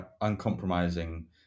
uncompromising